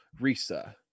Risa